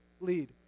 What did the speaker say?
lead